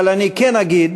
אבל אני כן אגיד